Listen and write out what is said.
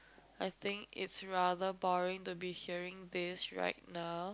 I think is rather boring to be hearing this right now